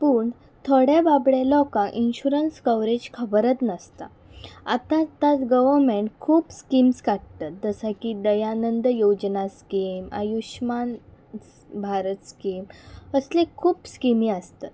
पूण थोड्या बाबडे लोकांक इन्शुरन्स कवरेज खबरत नासता आत्तातांच गवमँट खूब स्किम्स काडटत जस की दयानंद योजना स्कीम आयुश्मान भारत स्कीम असले खूब स्किमी आसतात